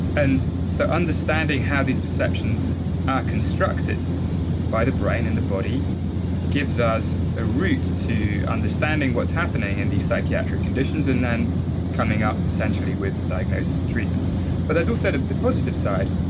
and so understanding how these perceptions are constructed by the brain and the body gives us a route to understanding what's happening in and these psychiatric conditions and then coming up potentially with diagnosis and treatments but there's also the the positive side,